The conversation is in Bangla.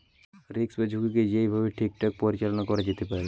রিস্ক বা ঝুঁকিকে যেই ভাবে ঠিকঠাক পরিচালনা করা যেতে পারে